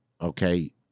okay